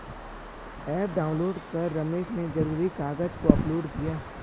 app download कर रमेश ने ज़रूरी कागज़ को अपलोड किया